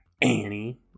Annie